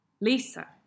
Lisa